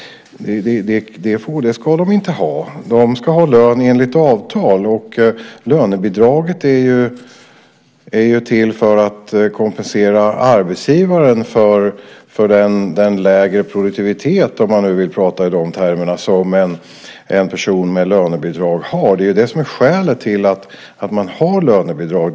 Det ska de inte ha. De ska ha lön enligt avtal. Lönebidraget är till för att kompensera arbetsgivaren för den lägre produktivitet - om man nu vill prata i de termerna - som en person med lönebidrag har. Det är det som är skälet till att man har lönebidrag.